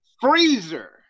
freezer